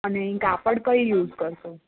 અને કાપડ કયું યુસ કરશો